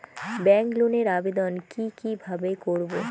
Bank লোনের আবেদন কি কিভাবে করব?